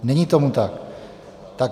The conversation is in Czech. Není tomu tak.